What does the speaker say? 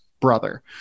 brother